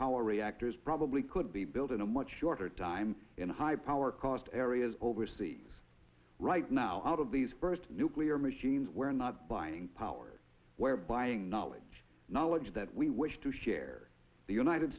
power reactors probably could be built in a much shorter time in a high power cost areas overseas right now out of these first nuclear machines where not buying power where buying knowledge knowledge that we wish to share the united